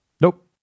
Nope